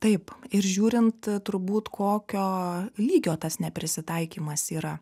taip ir žiūrint turbūt kokio lygio tas neprisitaikymas yra